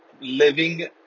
living